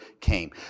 came